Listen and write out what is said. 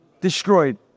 destroyed